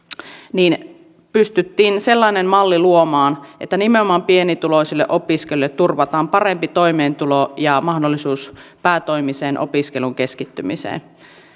ja pystyttiin sellainen malli luomaan että nimenomaan pienituloisille opiskelijoille turvataan parempi toimeentulo ja mahdollisuus päätoimiseen opiskeluun keskittymiseen